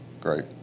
great